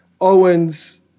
Owens